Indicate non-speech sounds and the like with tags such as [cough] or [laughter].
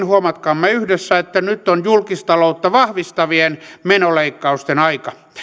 [unintelligible] huomatkaamme yhdessä että nyt on julkistaloutta vahvistavien menoleikkausten aika